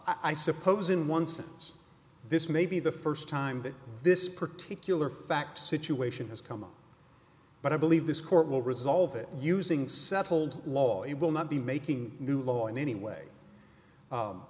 i suppose in one sense this may be the first time that this particular fact situation has come up but i believe this court will resolve it using settled law it will not be making new law in any way